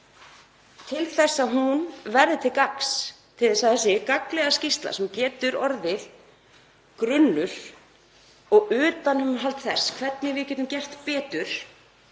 til þess að hún verði til gagns, til að þessi gagnlega skýrsla sem getur orðið grunnur og utanumhald þess hvernig við getum gert betur